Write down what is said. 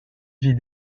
vit